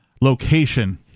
location